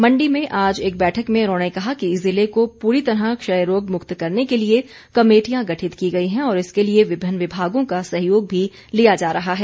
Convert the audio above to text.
मंडी में आज एक बैठक में उन्होंने कहा कि ज़िले को पूरी तरह क्षयरोग मुक्त करने के लिए कमेटियां गठित की गई हैं और इसके लिए विभिन्न विभागों का सहयोग भी लिया जा रहा है